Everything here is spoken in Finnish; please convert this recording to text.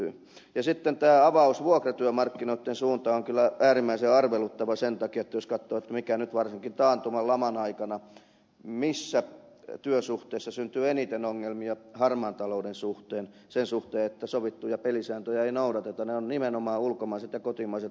sitten tämä avaus vuokratyömarkkinoitten suuntaan on kyllä äärimmäisen arveluttava sen takia että jos katsoo missä nyt varsinkin taantuman laman aikana missä työsuhteessa syntyy eniten ongelmia harmaan talouden suhteen sen suhteen että sovittuja pelisääntöjä ei noudateta niin ne ovat nimenomaan ulkomaiset ja kotimaiset vuokratyöfirmat